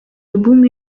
album